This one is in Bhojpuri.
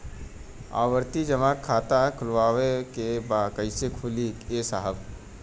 आवर्ती जमा खाता खोलवावे के बा कईसे खुली ए साहब?